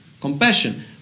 compassion